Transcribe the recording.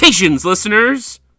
Listeners